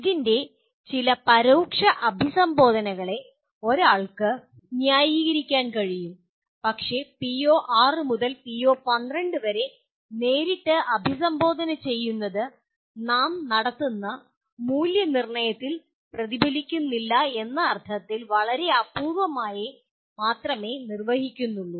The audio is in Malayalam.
ഇതിന്റെ ചില പരോക്ഷ അഭിസംബോധനകളെ ഒരാൾക്ക് ന്യായീകരിക്കാൻ കഴിയും പക്ഷേ പിഒ6 മുതൽ പിഒ12 വരെ നേരിട്ട് അഭിസംബോധന ചെയ്യുന്നത് നാം നടത്തുന്ന മൂല്യനിർണയത്തിൽ പ്രതിഫലിക്കുന്നില്ല എന്ന അർത്ഥത്തിൽ വളരെ അപൂർവ്വമായി മാത്രമേ നിർവ്വഹിക്കുന്നുള്ളൂ